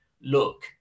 look